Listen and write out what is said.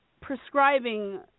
prescribing